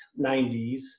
90s